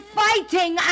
fighting